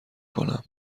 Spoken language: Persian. کنم